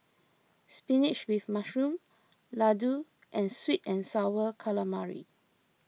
Spinach with Mushroom Laddu and Sweet and Sour Calamari